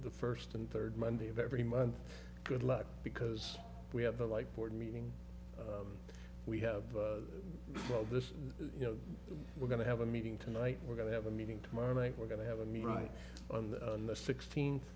the first and third monday of every month good luck because we have a like board meeting we have this you know we're going to have a meeting tonight we're going to have a meeting tomorrow night we're going to have a meal right in the sixteenth